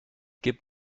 gib